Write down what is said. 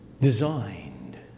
designed